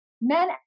men